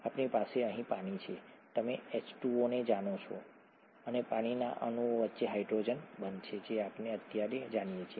આપણી પાસે અહીં પાણી છે તમે H2O ને જાણો છો અને પાણીના અણુઓ વચ્ચે હાઇડ્રોજન બંધ છે જે આપણે અત્યારે જાણીએ છીએ